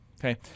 Okay